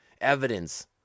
evidence